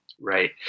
Right